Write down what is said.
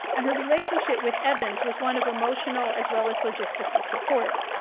and her relationship with evans was one of emotional as well as logistical support.